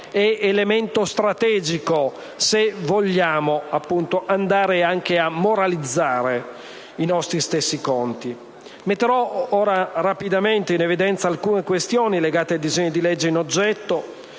un elemento strategico, se vogliamo anche moralizzare i nostri stessi conti. Metterò ora rapidamente in evidenza alcune questioni legate ai disegni di legge in oggetto,